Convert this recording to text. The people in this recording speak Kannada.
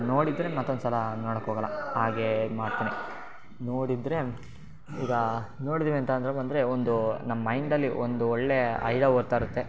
ನೋಡಿದ್ದರೆ ಮತ್ತೊಂದು ಸಲ ನೋಡಕ್ಕೋಗಲ್ಲ ಹಾಗೇ ಇದು ಮಾಡ್ತೀನಿ ನೋಡಿದ್ದರೆ ಈಗ ನೋಡಿದ್ದೀವಿ ಅಂತ ಬಂದರೆ ಒಂದು ನಮ್ಮ ಮೈಂಡಲ್ಲಿ ಒಂದು ಒಳ್ಳೆಯ ಐಡಾ ಓಡ್ತಾ ಇರುತ್ತೆ